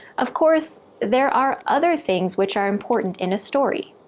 of course, there are other things which are important in a story.